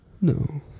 No